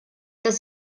dass